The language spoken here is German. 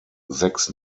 sechs